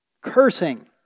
Cursing